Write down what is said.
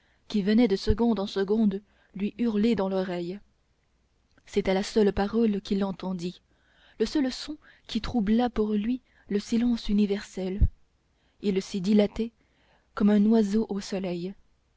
qui venait de seconde en seconde lui hurler dans l'oreille c'était la seule parole qu'il entendît le seul son qui troublât pour lui le silence universel il s'y dilatait comme un oiseau au soleil